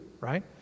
right